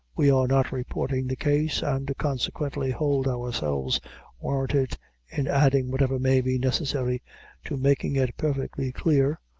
we are not reporting the case, and consequently hold ourselves warranted in adding whatever may be necessary to making it perfectly clear,